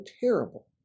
terrible